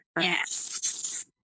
yes